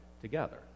together